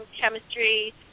chemistry